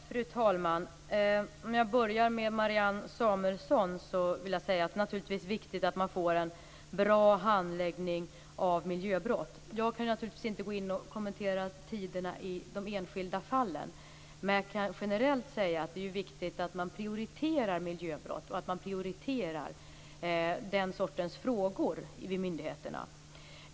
Fru talman! Om jag börjar med Marianne Samuelssons frågor kan jag säga att det är viktigt att man får en bra handläggning av miljöbrott. Jag kan naturligtvis inte kommentera tiderna i de enskilda fallen, men jag kan generellt säga att det är viktigt att man prioriterar miljöbrott och den sortens frågor vid myndigheterna.